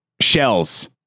shells